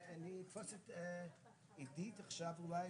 תנו את הכבוד גם למקום וגם למטיילים אחרים שיהיו איתכם.